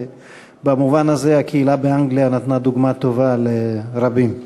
במובן הזה הקהילה באנגליה נתנה דוגמה טובה לרבים.